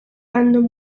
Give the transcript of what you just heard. random